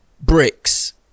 bricks